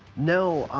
no.